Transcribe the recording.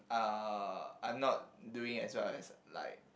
uh I'm not doing as well as like